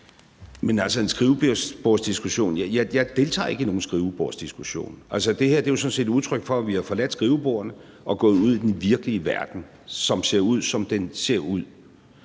En skrivebordsdiskussion? Jeg deltager ikke i nogen skrivebordsdiskussion. Altså, det her er jo sådan set et udtryk for, at vi har forladt skrivebordene og er gået ud i den virkelige verden, som ser ud, som den ser ud.